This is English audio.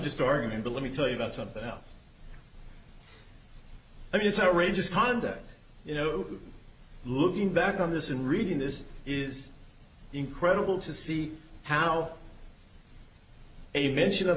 just dorgan but let me tell you about something else i mean it's outrageous conduct you know looking back on this and reading this is incredible to see how a mention of